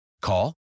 Call